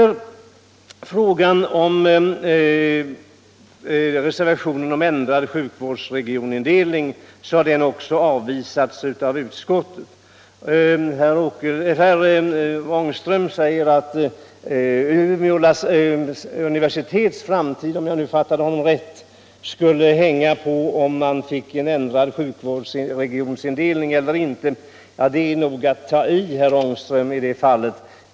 Reservationen om ändrad sjukvårdsregionindelning har utskottet också avvisat. Herr Ångström säger att Umeå universitets framtid — om jag fattade honom rätt — skulle hänga på en ändrad sjukvårdsregionindelning. Det är nog att ta i, herr Ångström.